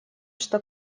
что